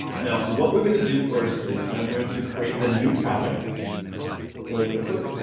now what we're going to do first is i'm going to create a new project really quickly,